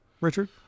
Richard